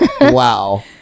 Wow